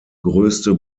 größte